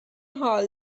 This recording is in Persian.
حال